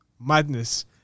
Madness